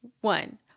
One